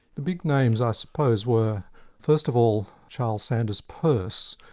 the big names i suppose were first of all charles sanders purse,